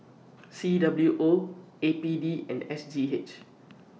C W O A P D and S G H